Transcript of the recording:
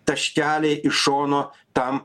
taškeliai iš šono tam